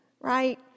right